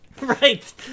Right